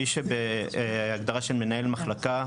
מי שבהגדרה של מנהל מחלקה,